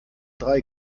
drei